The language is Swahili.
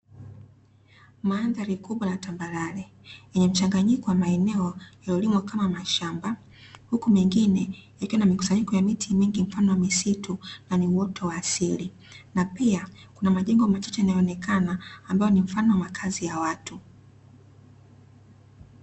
Mandhari kubwa ya tambarale yenye mchanganyiko wa maeneo yaliyolimwa kama mashamba, huku mengine yakiwa na mkusanyiko wa miti mingi mfano wa misitu na ni uoto wa asili, na pia kuna majengo machache yanaonekana ambayo ni mfano wa makazi ya watu.